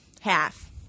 half